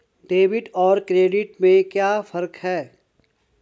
Debit और credit में क्या फर्क है?